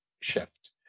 shift